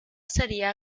sería